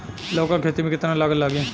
लौका के खेती में केतना लागत लागी?